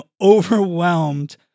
overwhelmed